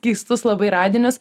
keistus labai radinius